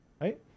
Right